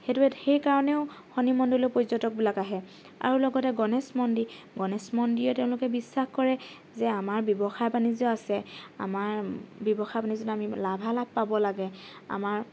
সেইটো সেইকাৰণেও শনি মন্দিৰলৈ পৰ্যটকবিলাক আহে আৰু লগতে গণেশ মন্দিৰ গণেশ মন্দিৰো তেওঁলোকে বিশ্বাস কৰে যে আমাৰ ব্যৱসায় বাণিজ্য আছে আমাৰ ব্যৱসায় বাণিজ্যত আমি লাভালাভ পাব লাগে আমাৰ